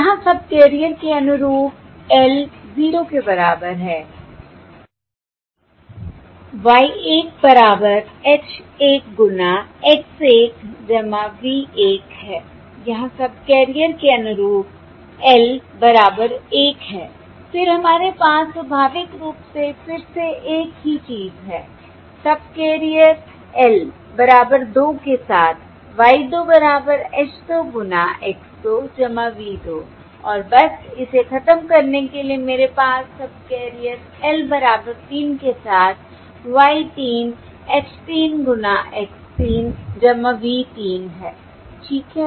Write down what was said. यहाँ सबकैरियर के अनुरूप l 0 के बराबर है Y 1 बराबर H 1 गुना X 1 V 1 है यहाँ सबकैरियर के अनुरूप l बराबर 1 है फिर हमारे पास स्वाभाविक रूप से फिर से एक ही चीज है सबकैरियर l बराबर 2 के साथ Y 2 बराबर H 2 गुना X 2 V 2 और बस इसे खत्म करने के लिए मेरे पास सबकैरियर l बराबर 3 के साथ Y 3 H 3 गुना X 3 V 3 है ठीक है